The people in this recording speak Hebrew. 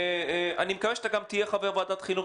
אני מקווה שתהיה גם חבר בוועדת החינוך